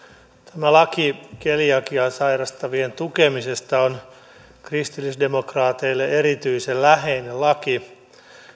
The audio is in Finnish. tämä laki keliakiaa sairastavien tukemisesta on kristillisdemokraateille erityisen läheinen laki